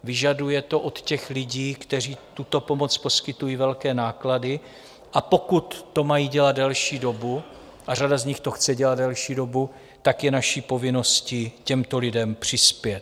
Vyžaduje to od těch lidí, kteří tuto pomoc poskytují, velké náklady, a pokud to mají dělat delší dobu a řada z nich to chce dělat delší dobu je naší povinností těmto lidem přispět.